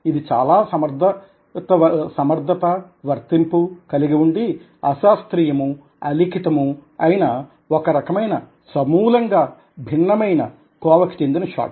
ఇది చాలా సమర్థత వర్తింపు కలిగి ఉండి అశాస్త్రీయమూ అలిఖితమూ అయిన ఒక రకమైన సమూలంగా భిన్నమైన కోవ కి చెందిన షాట్